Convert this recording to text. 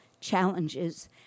challenges